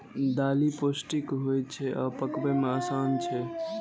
दालि पौष्टिक होइ छै आ पकबै मे आसान छै